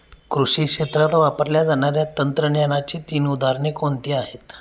कृषी क्षेत्रात वापरल्या जाणाऱ्या तंत्रज्ञानाची तीन उदाहरणे कोणती आहेत?